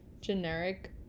generic